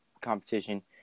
competition